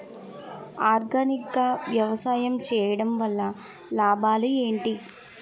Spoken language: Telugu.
ఆర్గానిక్ గా వ్యవసాయం చేయడం వల్ల లాభాలు ఏంటి?